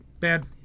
Bad